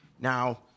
Now